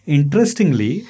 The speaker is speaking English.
Interestingly